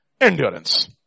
endurance